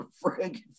Frank